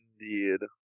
Indeed